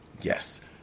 yes